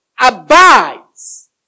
abides